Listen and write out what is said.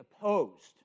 opposed